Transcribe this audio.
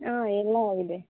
ಹಾಂ ಎಲ್ಲ ಇದೆ